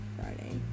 Friday